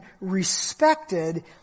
respected